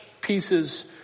pieces